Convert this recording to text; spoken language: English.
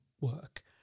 work